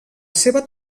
seva